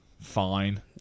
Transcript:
fine